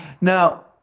Now